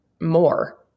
more